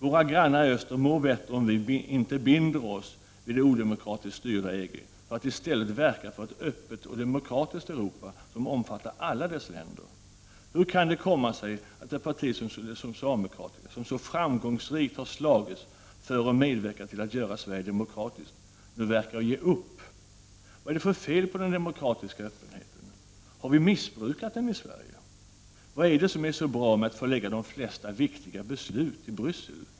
Våra grannar i öster mår bättre om vi inte binder oss vid det odemokratiskt styrda EG, utan i stället verkar för ett öppet och demokratiskt Europa som omfattar alla dess länder. Hur kan det komma sig att ett parti som det socialdemokratiska, som så framgångsrikt har slagits för och medverkat till att göra Sverige demokratiskt, nu verkar ge upp? Vad är det för fel på den demokratiska öppenheten? Har den missbrukats i Sverige? Vad är det som är så bra med att förlägga de flesta viktiga beslut till Bryssel?